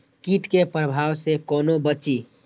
कीट के प्रभाव से कोना बचीं?